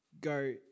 go